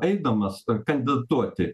eidamas kandidatuoti